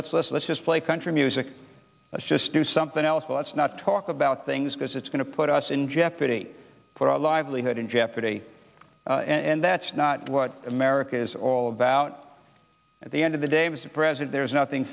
let's let's let's just play country music let's just do something else let's not talk about things because it's going to put us in jeopardy for our livelihood in jeopardy and that's not what america is all about at the end of the day as a present there is nothing